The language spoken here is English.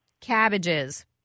cabbages